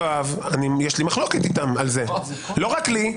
ויש לי מחלוקת איתם, לא רק לי.